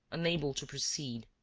unable to proceed,